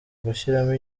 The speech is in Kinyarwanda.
gushyiramo